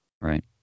Right